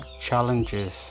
challenges